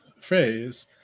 phrase